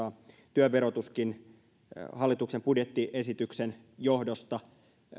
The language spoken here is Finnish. työn verotuskin kiristyy hallituksen budjettiesityksen johdosta